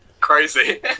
Crazy